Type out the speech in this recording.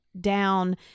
down